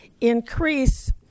increase